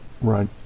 right